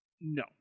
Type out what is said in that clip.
No